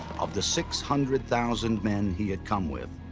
of the six hundred thousand men he had come with,